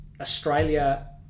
australia